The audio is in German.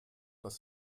dass